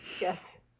Yes